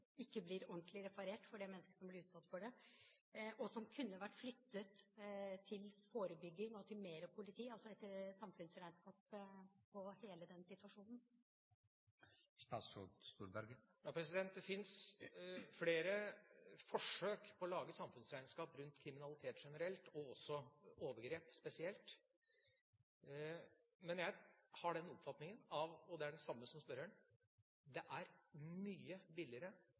ikke blir ordentlig reparert, for det mennesket som blir utsatt for dette – midler som kunne vært flyttet til forebygging og til mer politi, altså et samfunnsregnskap for hele denne situasjonen? Det fins flere forsøk på å lage samfunnsregnskap for kriminalitet generelt og overgrep spesielt. Men jeg har den oppfatningen – og det er den samme som spørreren har – at det er mye billigere